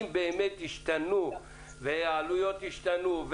אם באמת העלויות ישתנו,